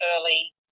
early